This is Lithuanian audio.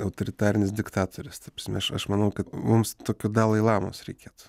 autoritarinis diktatorius ta prasme aš aš manau kad mums tokio dalai lamos reikėtų